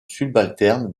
subalterne